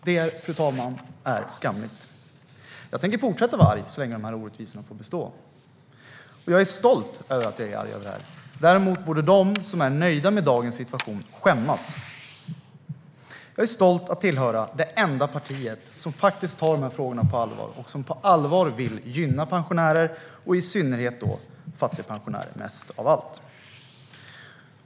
Detta är skamligt, fru talman. Så länge dessa orättvisor består tänker jag fortsätta att vara arg. Och jag är stolt över att jag är arg över detta. Däremot borde de som är nöjda med dagens situation skämmas. Jag är stolt över att tillhöra det enda parti som faktiskt tar de här frågorna på allvar och som på allvar vill gynna pensionärer, i synnerhet fattigpensionärer.